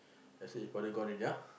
just say your father gone already !huh!